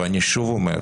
אני שוב אומר,